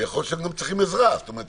יכול להיות שהם גם צריכים עזרה של